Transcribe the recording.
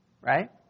right